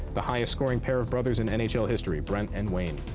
the highest scoring pair of brothers in and nhl history, brent and wayne.